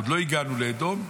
עוד לא הגענו לאדום,